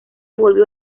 volvió